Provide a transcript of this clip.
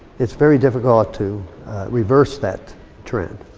it's very difficult to reverse that trend.